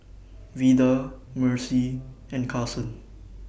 Vida Mercy and Carson